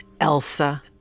Elsa